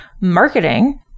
marketing